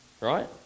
Right